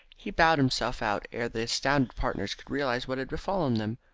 he bowed himself out ere the astounded partners could realise what had befallen them,